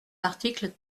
article